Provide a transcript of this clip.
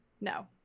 No